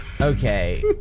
Okay